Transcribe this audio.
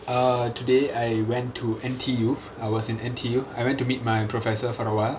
err today I went to N_T_U I was in N_T_U I went to meet my professor for a while